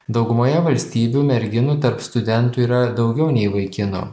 daugumoje valstybių merginų tarp studentų yra daugiau nei vaikinų